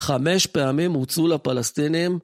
חמש פעמים הוצעו לפלסטינים